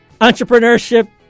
entrepreneurship